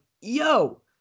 yo